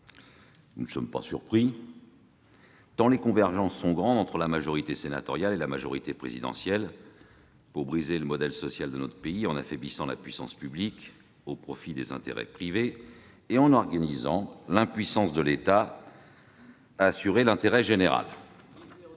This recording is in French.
nous ne sommes pas surpris, tant les convergences sont grandes entre la majorité sénatoriale et la majorité présidentielle pour briser le modèle social de notre pays, en affaiblissant la puissance publique au profit des intérêts privés ... C'est exactement l'objet du projet de loi.